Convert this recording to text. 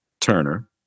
Turner